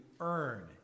earn